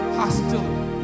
hostility